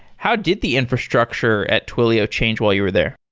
how did the infrastructure at twilio changed while you were there?